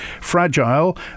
fragile